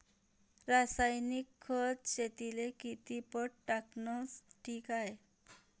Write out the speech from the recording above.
रासायनिक खत शेतीले किती पट टाकनं ठीक हाये?